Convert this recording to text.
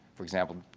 for example,